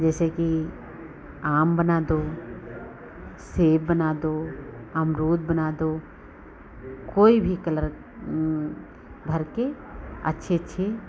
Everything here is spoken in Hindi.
जैसे कि आम बना दो सेब बना दो अमरुद बना दो कोई भी कलर भर के अच्छी अच्छी